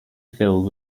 filled